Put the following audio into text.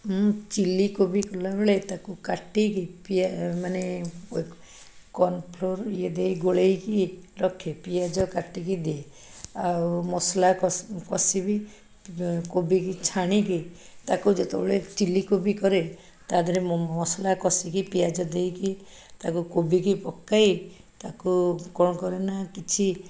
ମୁଁ ଚିଲିକୋବି କଲାବେଳେ ତାକୁ କାଟିକି ମାନେ କନ୍ଫ୍ଲୋର୍ ଇଏ ଦେଇ ଗୋଳାଇକି ରଖେ ପିଆଜ କାଟିକି ଦିଏ ଆଉ ମସଲା କଷି କଷିବି କୋବି କି ଛାଣିକି ତାକୁ ଯେତବେଳେ ଚିଲିକୋବି କରେ ତା ଦେହରେ ମସଲା କଷିକି ପିଆଜ ଦେଇକି ତାକୁ କୋବି କି ପକାଇ ତାକୁ କ'ଣ କରେ ନା କିଛି